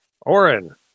Oren